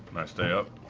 i stay up?